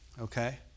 Okay